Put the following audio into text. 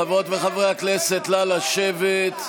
חברות וחברי הכנסת, נא לשבת.